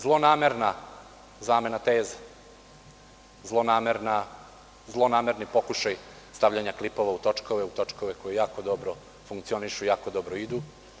Zlonamerna zamena teza, zlonamerni pokušaj stavljanja klipova u točkove, u točkove koji jako dobro funkcionišu, jako dobro idu.